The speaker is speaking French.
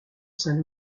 saint